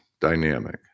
dynamic